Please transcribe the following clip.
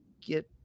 get